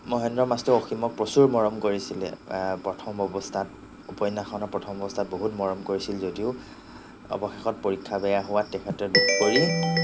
মহেন্দ্ৰ মাষ্টৰেও অসীমক প্ৰচুৰ মৰম কৰিছিলে প্ৰথম অৱস্থাত উপন্যাসখনৰ প্ৰথম অৱস্থাত বহুত মৰম কৰিছিল যদিও অৱশেষত পৰীক্ষা বেয়া হোৱাত তেখেতে দুখ কৰি